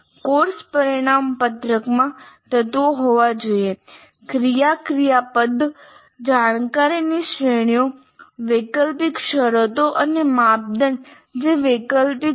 course પરિણામ પત્રકમાં તત્વો હોવા જોઈએ ક્રિયા ક્રિયાપદ જાણકારી ની શ્રેણીઓ વૈકલ્પિક શરતો અને માપદંડ જે વૈકલ્પિક છે